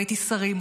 ראיתי שרים,